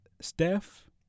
Steph